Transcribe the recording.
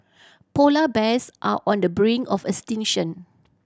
polar bears are on the brink of extinction